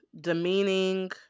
demeaning